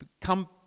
Come